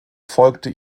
folgte